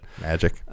magic